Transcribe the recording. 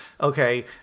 okay